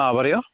ആ പറയൂ